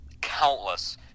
countless